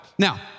Now